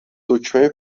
دکمه